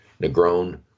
Negron